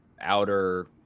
outer